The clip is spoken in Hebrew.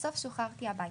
בסוף שוחררתי הביתה.